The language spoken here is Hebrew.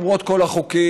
למרות כל החוקים,